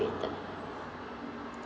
created